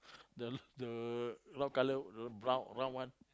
the the lock colour the brown brown one